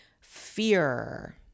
fear